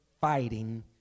fighting